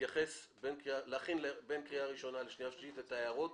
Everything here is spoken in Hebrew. להכין בין קריאה ראשונה לשנייה ושלישית את ההערות